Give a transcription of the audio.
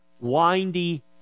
windy